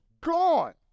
gone